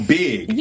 big